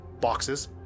boxes